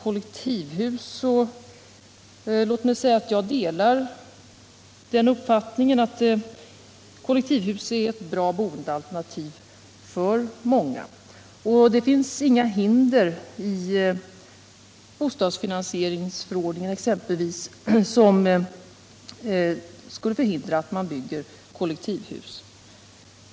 Låt mig säga att jag delar uppfattningen att kollektivhus är ett bra boendealternativ för många. Det finns inga hinder i exempelvis bostadsfinansieringsförordningen mot att man bygger kollektivhus.